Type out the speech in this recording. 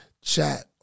chat